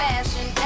Fashion